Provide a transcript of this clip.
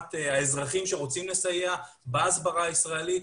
להעצמת האזרחים שרוצים לסייע בהסברה הישראלית,